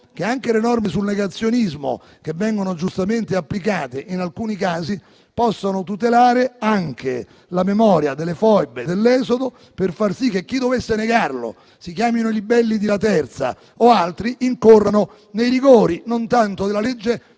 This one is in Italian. che anche le norme sul negazionismo, che vengono giustamente applicate in alcuni casi, possano tutelare anche la memoria delle foibe e dell'esodo, per far sì che chi dovesse negarlo, che siano i libelli di Laterza o altri, incorra nei rigori non tanto della legge,